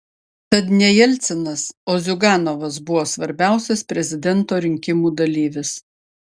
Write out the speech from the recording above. tad ne jelcinas o ziuganovas buvo svarbiausias prezidento rinkimų dalyvis